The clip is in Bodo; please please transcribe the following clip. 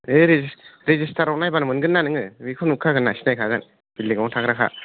ए रेजिस्थार रेजिस्थार आव नायबानो मोनगोनना नोङो बेखौ नुखागोनना सिनायखागोन बिल्दिं आवनो थाग्राखा